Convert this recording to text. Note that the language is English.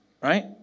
right